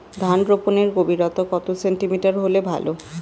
ধান রোপনের গভীরতা কত সেমি হলে ভালো?